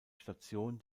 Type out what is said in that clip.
station